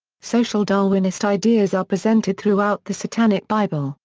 social darwinist ideas are presented throughout the satanic bible,